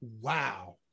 Wow